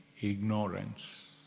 ignorance